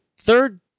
third